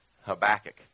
Habakkuk